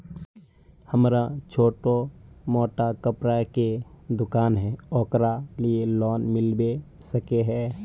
हमरा छोटो मोटा कपड़ा के दुकान है ओकरा लिए लोन मिलबे सके है?